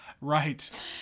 right